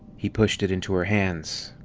he pushed it into her hands.